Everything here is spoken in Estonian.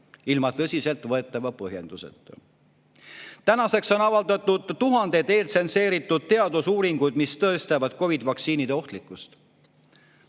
ilma tõsiselt võetava põhjenduseta. Tänaseks on avaldatud tuhandeid eeltsenseeritud teadusuuringuid, mis tõestavad COVID‑i vaktsiinide ohtlikkust.